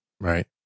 right